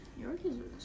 Yorkie's